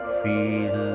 feel